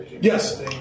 Yes